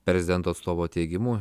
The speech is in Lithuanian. prezidento atstovo teigimu